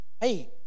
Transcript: Hey